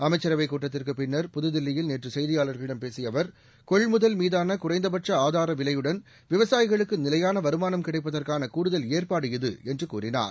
அமைச்சரவைக் கூட்டத்திற்கு பின்னர் புதுதில்லியில் நேற்று செய்தியாளர்களிடம் பேசிய அவர்கொள்முதல் மீதான குறைந்தபட்ச ஆதார விலையுடன்விவசாயிகளுக்கு நிலையான வருமானம் கிடைப்பதற்கான கூடுதல் ஏற்பாடு இது என்று கூறினார்